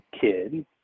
kid